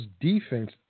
defense